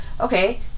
Okay